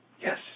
Yes